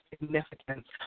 significance